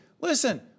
listen